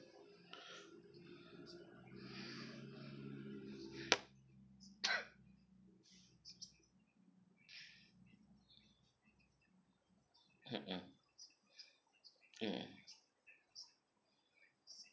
mm mm mm